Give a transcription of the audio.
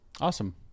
Awesome